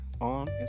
on